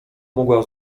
mogła